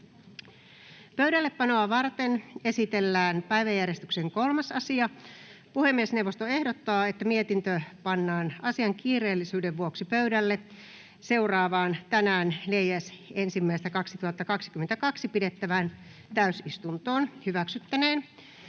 Pöydällepanoa varten esitellään päiväjärjestyksen 3. asia. Puhemiesneuvosto ehdottaa, että mietintö pannaan asian kiireellisyyden vuoksi pöydälle seuraavaan, tänään 4.1.2022 pidettävään täysistuntoon. — Edustaja